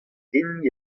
enni